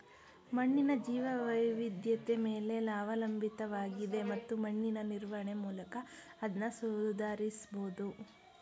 ಮಣ್ಣಿನ ಜೀವವೈವಿಧ್ಯತೆ ಮೇಲೆ ಅವಲಂಬಿತವಾಗಿದೆ ಮತ್ತು ಮಣ್ಣಿನ ನಿರ್ವಹಣೆ ಮೂಲಕ ಅದ್ನ ಸುಧಾರಿಸ್ಬಹುದು